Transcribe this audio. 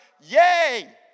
yay